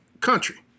country